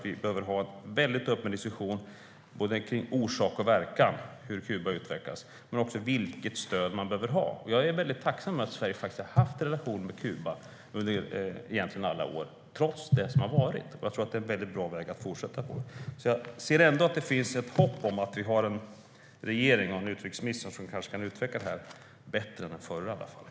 Vi behöver en öppen diskussion om orsak och verkan i fråga om hur Kuba utvecklas och vilket stöd som behövs. Jag är tacksam för att Sverige har upprätthållit en relation med Kuba under alla år, trots det som har varit. Det är en bra väg att fortsätta på. Jag anser att det finns hopp med en regering och en utrikesminister som kanske kan utveckla arbetet bättre än den förra regeringen.